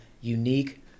unique